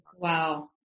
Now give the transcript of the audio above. Wow